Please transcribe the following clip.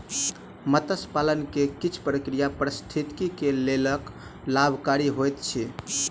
मत्स्य पालन के किछ प्रक्रिया पारिस्थितिकी के लेल लाभकारी होइत अछि